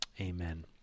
Amen